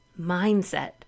mindset